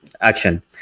action